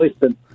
listen